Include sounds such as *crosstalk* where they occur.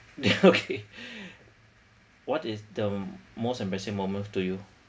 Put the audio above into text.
*laughs* what is the most embarrassing moment to you